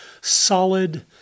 solid